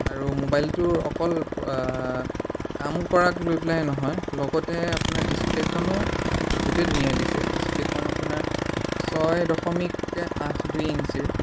আৰু মোবাইলটোৰ অকল কাম কৰাক লৈ পেলাই নহয় লগতে আপোনাৰ ডিছপ্লেখনো বহুতে ধুনীয়া দিছে ডিছপ্লেখন আপোনাৰ ছয় দশমিককৈ আঠ দুই ইঞ্চিৰ